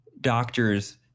doctors